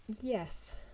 yes